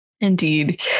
Indeed